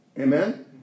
Amen